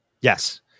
Yes